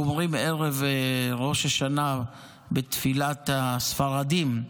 אנחנו אומרים בערב ראש השנה, בתפילת הספרדים: